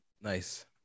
nice